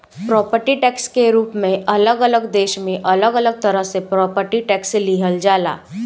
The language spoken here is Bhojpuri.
प्रॉपर्टी टैक्स के रूप में अलग अलग देश में अलग अलग तरह से प्रॉपर्टी टैक्स लिहल जाला